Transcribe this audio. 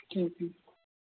ठीक ठीक